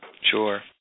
Sure